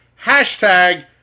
hashtag